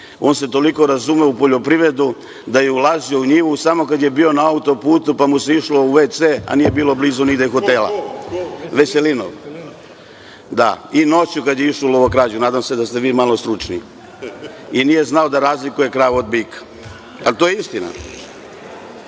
on se toliko razumeo u poljoprivredu da je ulazio u njivu samo kada je bio na autoputu pa mu se išlo u WC, a nije bilo blizu nigde hotela, i noću kada je išao u lovokrađu, nadam se da ste vi malo stručniji. Nije znao da razlikuje kravu od bika. Ali, to je